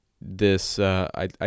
this—I